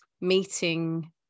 meeting